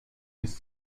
bis